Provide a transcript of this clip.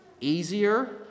easier